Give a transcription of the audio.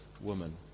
woman